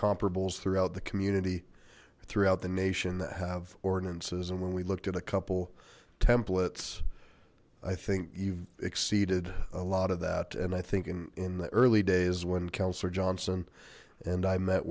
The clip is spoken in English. comparables throughout the community throughout the nation that have ordinances and when we looked in a couple templates i think you've exceeded a lot of that and i think in in the early days when councilor johnson and i met